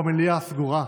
במליאה הסגורה,